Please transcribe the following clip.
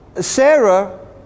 Sarah